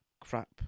crap